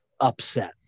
upset